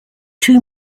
two